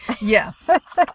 Yes